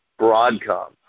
Broadcom